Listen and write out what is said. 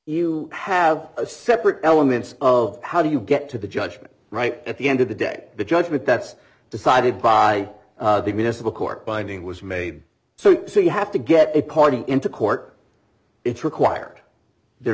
you have a separate elements of how do you get to the judgement right at the end of the day the judgment that's decided by the municipal court binding was made so you have to get a party into court it's required there